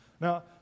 Now